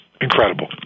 incredible